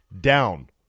down